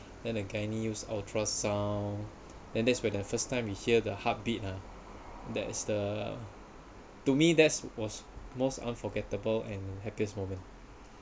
then the gynae used ultrasound then that's where the first time we hear the heartbeat ah that is the to me that's was most unforgettable and happiest moment